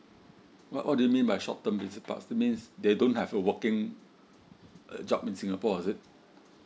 what what do you mean by short term visitor pass that means they don't have a working uh job in singapore is it